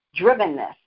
drivenness